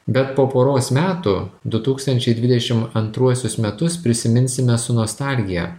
bet po poros metų du tūkstančiai dvidešim antruosius metus prisiminsime su nostalgija